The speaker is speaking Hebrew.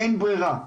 אין ברירה.